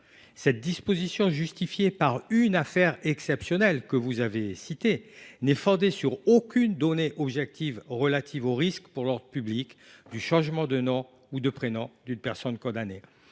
telle disposition, justifiée par une affaire exceptionnelle – vous l’avez mentionnée –, n’est fondée sur aucune donnée objective relative au risque pour l’ordre public du changement de nom ou de prénom d’une personne condamnée.